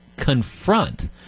confront